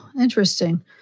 Interesting